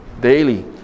daily